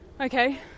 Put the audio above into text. Okay